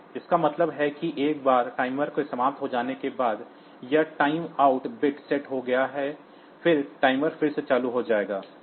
इसका मतलब है कि एक बार टाइमर के समाप्त हो जाने के बाद यह टाइमआउट बिट सेट हो गया है फिर टाइमर फिर से चालू हो जाएगा